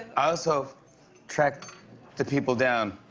i also tracked the people down